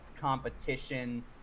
competition